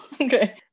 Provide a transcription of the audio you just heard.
okay